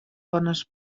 bones